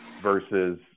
versus